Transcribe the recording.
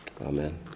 Amen